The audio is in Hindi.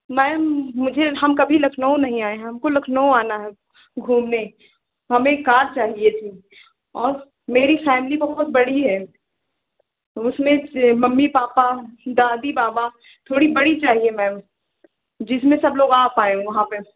मैम मुझे हम कभी लखनऊ नहीं आए हैं हमको लखनऊ आना है घूमने हमें कार चाहिए थी और मेरी फैमिली बहुत बड़ी है उसमें मम्मी पापा दादी बाबा थोड़ी बड़ी चाहिए मैम जिसमें सब लोग आ पाएँ वहाँ पर